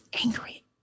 angry